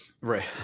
Right